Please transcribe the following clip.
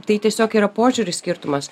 tai tiesiog yra požiūrių skirtumas